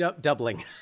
doubling